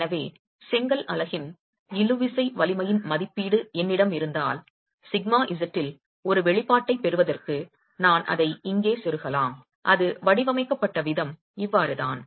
எனவே செங்கல் அலகின் இழுவிசை வலிமையின் மதிப்பீடு என்னிடம் இருந்தால் σz இல் ஒரு வெளிப்பாட்டைப் பெறுவதற்கு நான் அதை இங்கே செருகலாம் அது வடிவமைக்கப்பட்ட விதம் இவ்வாறுதான்